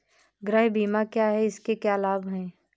गृह बीमा क्या है इसके क्या लाभ हैं?